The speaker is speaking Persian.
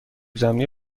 زمینی